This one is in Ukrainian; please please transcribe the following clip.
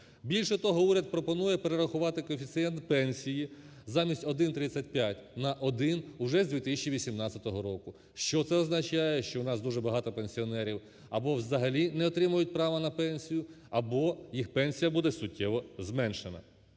Більше того, уряд пропонує перерахувати коефіцієнт пенсії: замість 1,35 на 1 уже з 2018 року. Що це означає? Що у нас дуже багато пенсіонерів або взагалі не отримають право на пенсію, або їх пенсія буде суттєво зменшена.